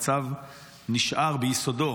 המצב נשאר ביסודו,